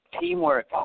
teamwork